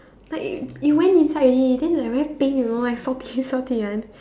but it it went inside already then like very pain you know like salty salty one